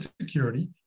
security